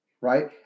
right